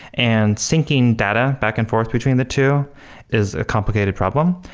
and syncing data back and forth between the two is a complicated problem.